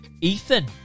Ethan